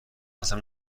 اصلا